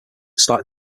started